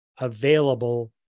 available